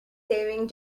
saving